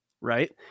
right